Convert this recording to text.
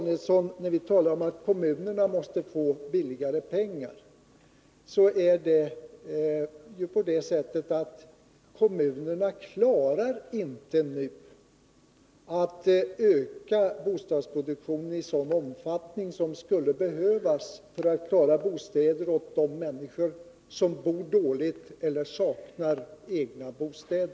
När vi talar om att kommunerna måste få billigare pengar menar vi, Bertil Danielsson, att kommunerna inte klarar av att öka bostadsproduktionen i den omfattning som skulle behövas för att skaffa fram bostäder åt de människor som bor dåligt eller saknar egen bostad.